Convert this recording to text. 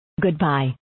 Goodbye